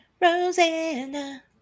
Rosanna